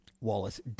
Wallace